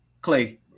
Clay